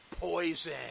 poison